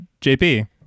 JP